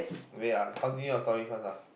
wait ah continue your story first ah